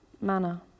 manner